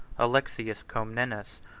alexius comnenus,